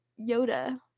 yoda